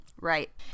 Right